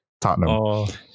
Tottenham